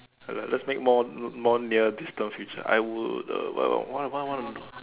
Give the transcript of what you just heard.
ya lah let's make more more near distant future I would uh what what would I wanna do